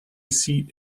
seat